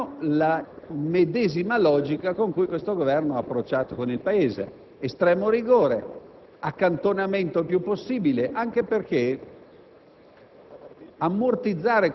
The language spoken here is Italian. Tutti si aspettavano la medesima logica con cui questo Governo ha approcciato con il Paese: estremo rigore, accantonamento il più possibile, anche perché